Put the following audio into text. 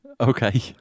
Okay